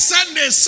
Sunday